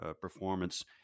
performance